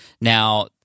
Now